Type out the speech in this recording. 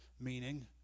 Meaning